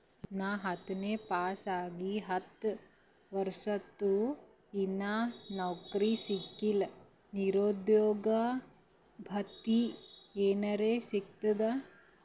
ನಾ ಹತ್ತನೇ ಪಾಸ್ ಆಗಿ ಹತ್ತ ವರ್ಸಾತು, ಇನ್ನಾ ನೌಕ್ರಿನೆ ಸಿಕಿಲ್ಲ, ನಿರುದ್ಯೋಗ ಭತ್ತಿ ಎನೆರೆ ಸಿಗ್ತದಾ?